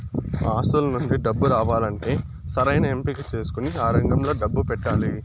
ఆస్తుల నుండి డబ్బు రావాలంటే సరైన ఎంపిక చేసుకొని ఆ రంగంలో డబ్బు పెట్టాలి